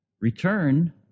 return